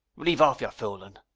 leave off your fooling!